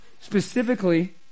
specifically